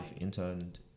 interned